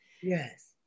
Yes